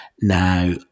Now